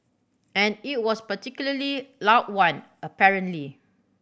and it was particularly loud one apparently